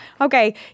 Okay